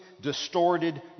distorted